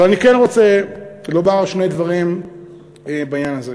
אבל אני כן רוצה לומר שני דברים בעניין הזה.